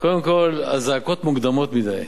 קודם כול, הזעקות מוקדמות מדי.